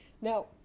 now